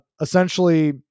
essentially